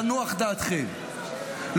תנוח דעתכם,